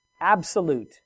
absolute